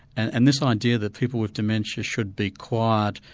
and and this idea that people with dementia should be quiet,